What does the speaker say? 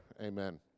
Amen